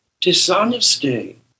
dishonesty